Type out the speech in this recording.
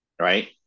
right